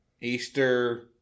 Easter